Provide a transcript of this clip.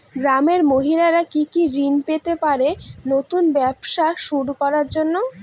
গ্রামের মহিলারা কি কি ঋণ পেতে পারেন নতুন ব্যবসা শুরু করার জন্য?